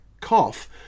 cough